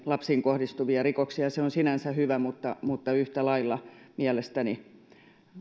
lapsiin kohdistuvia rikoksia se on sinänsä hyvä mutta mutta yhtä lailla mielestäni